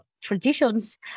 traditions